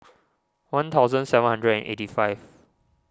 one thousand seven hundred and eighty five